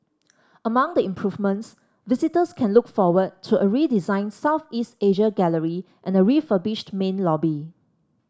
among the improvements visitors can look forward to a redesigned Southeast Asia gallery and a refurbished main lobby